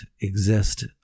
exist